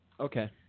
Okay